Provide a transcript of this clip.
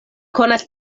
konas